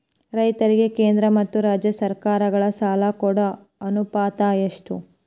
ರೈತರಿಗೆ ಕೇಂದ್ರ ಮತ್ತು ರಾಜ್ಯ ಸರಕಾರಗಳ ಸಾಲ ಕೊಡೋ ಅನುಪಾತ ಎಷ್ಟು?